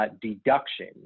Deduction